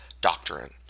doctrine